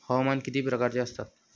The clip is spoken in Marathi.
हवामान किती प्रकारचे असतात?